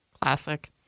Classic